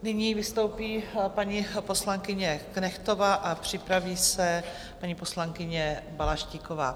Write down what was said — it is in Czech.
Nyní vystoupí paní poslankyně Knechtová a připraví se paní poslankyně Balaštíková.